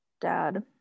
dad